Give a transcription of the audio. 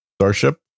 Starship